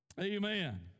Amen